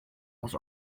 was